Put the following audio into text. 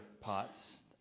pots